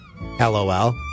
LOL